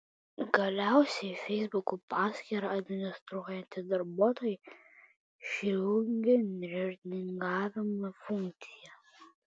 galiausiai feisbuko paskyrą administruojantys darbuotojai išjungė reitingavimo funkciją